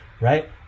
right